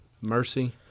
mercy